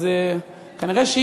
אז כנראה היא,